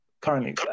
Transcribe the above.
currently